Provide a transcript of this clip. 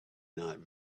not